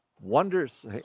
wonders